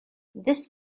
this